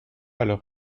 alors